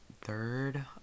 third